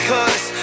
Cause